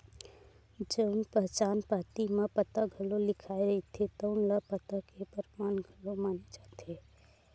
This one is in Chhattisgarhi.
जउन पहचान पाती म पता घलो लिखाए रहिथे तउन ल पता के परमान घलो माने जाथे